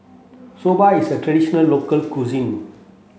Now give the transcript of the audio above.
Soba is a traditional local cuisine